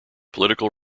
political